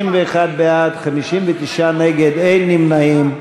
61 בעד, 59 נגד, אין נמנעים.